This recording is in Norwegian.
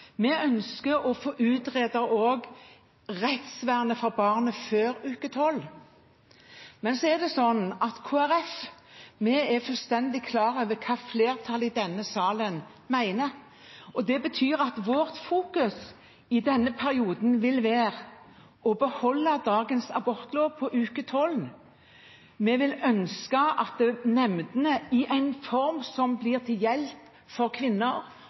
Vi ønsker å få utredet også rettsvernet for barnet før uke 12. Men så er det sånn at Kristelig Folkeparti er fullstendig klar over hva flertallet i denne salen mener. Det betyr at vi i denne perioden vil fokusere på å beholde dagens abortlov med selvbestemmelse til uke 12. Vi ønsker at nemndene, i en form som er til hjelp for kvinner